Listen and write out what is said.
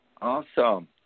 Awesome